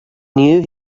knew